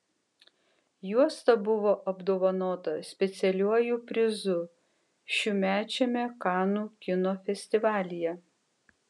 juosta buvo apdovanota specialiuoju prizu šiųmečiame kanų kino festivalyje